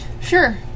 Sure